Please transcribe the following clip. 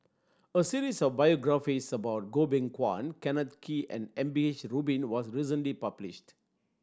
a series of biographies about Goh Beng Kwan Kenneth Kee and M P H Rubin was recently published